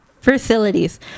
facilities